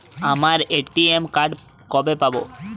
আমার ATM card কবে পাব?